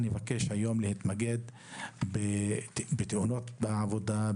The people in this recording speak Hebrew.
אני מבקש היום להתמקד בתאונות בעבודה,